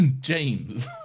James